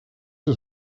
was